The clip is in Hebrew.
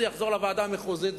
זה יחזור לוועדה המחוזית,